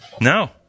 No